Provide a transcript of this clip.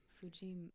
Fuji